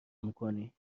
میکنی